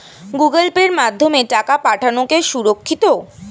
Google পের মাধ্যমে টাকা পাঠানোকে সুরক্ষিত?